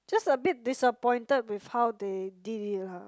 just a bit disappointed with how they did it lah